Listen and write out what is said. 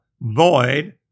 void